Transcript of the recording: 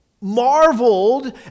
marveled